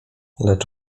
lecz